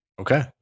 Okay